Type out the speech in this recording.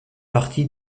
partie